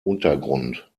untergrund